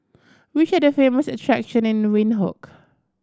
which are the famous attraction in Windhoek